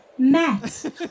Matt